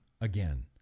again